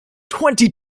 twenty